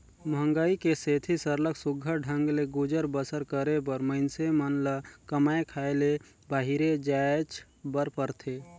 मंहगई के सेती सरलग सुग्घर ढंग ले गुजर बसर करे बर मइनसे मन ल कमाए खाए ले बाहिरे जाएच बर परथे